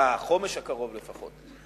לחומש הקרוב לפחות.